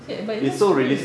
is it but it looks real